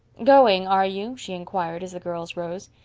going, are you? she inquired, as the girls rose.